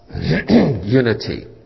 unity